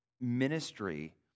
ministry